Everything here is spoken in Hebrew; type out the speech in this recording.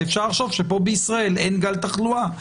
ואפשר לחשוב שפה בישראל אין גל תחלואה,